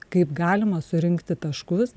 kaip galima surinkti taškus